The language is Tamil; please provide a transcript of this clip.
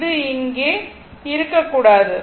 இது இங்கே இருக்க கூடாது